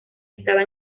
estaba